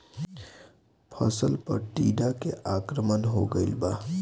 फसल पे टीडा के आक्रमण हो गइल बा?